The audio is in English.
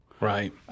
Right